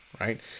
right